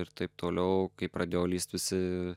ir taip toliau kai pradėjo lįst visi